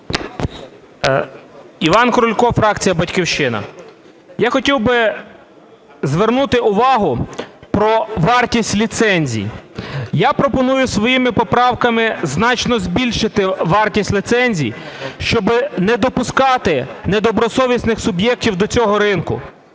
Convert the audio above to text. Іван Крулько, фракція "Батьківщина". Я хотів би звернути увагу про вартість ліцензій. Я пропоную своїми поправками значно збільшити вартість ліцензій, щоби не допускати недобросовісних суб'єктів до цього ринку.